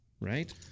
right